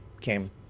came